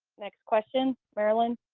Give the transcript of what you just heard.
next question, marilyn.